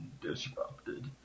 disrupted